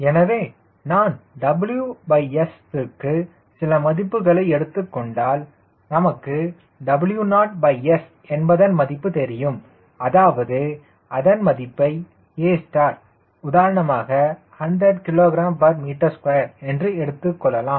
எனவே நான் WS விற்கு சில மதிப்புகளை எடுத்துக்கொண்டால் நமக்கு WOS என்பதன் மதிப்பு தெரியும் அதாவது அதன் மதிப்பை A உதாரணமாக 100 kgm2 என்று எடுத்துக்கொள்ளலாம்